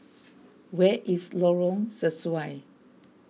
where is Lorong Sesuai